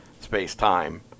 space-time